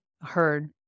heard